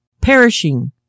perishing